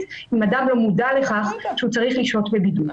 אם אדם לא מודע לכך שהוא צריך לשהות בבידוד.